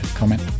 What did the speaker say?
comment